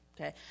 okay